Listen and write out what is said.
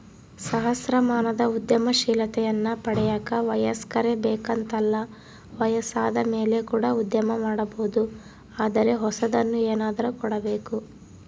ಸಹಸ್ರಮಾನದ ಉದ್ಯಮಶೀಲತೆಯನ್ನ ಪಡೆಯಕ ವಯಸ್ಕರೇ ಬೇಕೆಂತಲ್ಲ ವಯಸ್ಸಾದಮೇಲೆ ಕೂಡ ಉದ್ಯಮ ಮಾಡಬೊದು ಆದರೆ ಹೊಸದನ್ನು ಏನಾದ್ರು ಕೊಡಬೇಕು